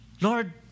Lord